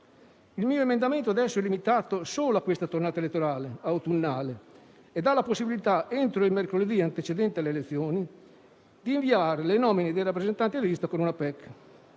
Il mio emendamento adesso è limitato solo a questa tornata elettorale autunnale e dà la possibilità, entro il mercoledì antecedente alle elezioni, di inviare le nomine dei rappresentanti lista con una PEC.